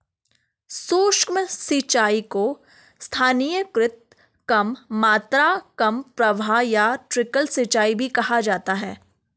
सूक्ष्म सिंचाई को स्थानीयकृत कम मात्रा कम प्रवाह या ट्रिकल सिंचाई भी कहा जाता है